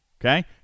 Okay